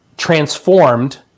transformed